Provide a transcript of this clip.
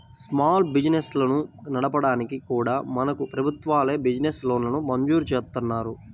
small బిజినెస్లను నడపడానికి కూడా మనకు ప్రభుత్వాలే బిజినెస్ లోన్లను మంజూరు జేత్తన్నాయి